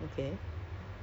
and I got